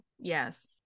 yes